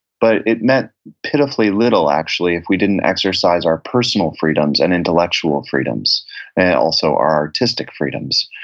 but it meant pitifully little actually if we didn't exercise our personal freedoms and intellectual freedoms and also our artistic freedoms.